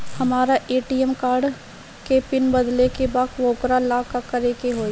हमरा ATM card के pin बदले के बा वोकरा ला का करे के होई?